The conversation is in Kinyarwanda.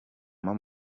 nyuma